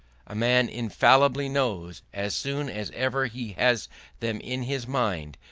a man infallibly knows, as soon as ever he has them in his mind,